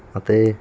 ਅਤੇ